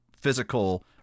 physical